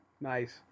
nice